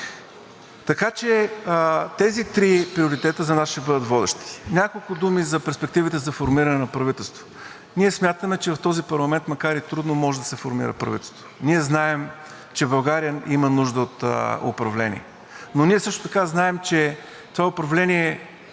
наука. Тези три приоритета за нас ще бъдат водещи. Няколко думи за перспективите за формиране на правителство. Ние смятаме, че в този парламент, макар и трудно, може да се формира правителство. Ние знаем, че България има нужда от управление. Ние също така знаем, че това управление